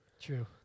True